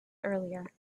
earlier